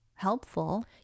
Helpful